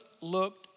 looked